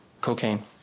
Cocaine